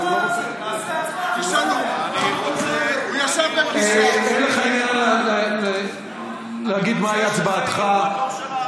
תשאלו, אין לך עניין להגיד מהי הצבעתך.